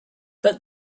but